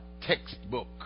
textbook